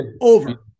over